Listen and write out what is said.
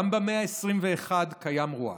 גם במאה ה-21 קיים רוע,